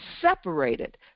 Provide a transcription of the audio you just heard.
separated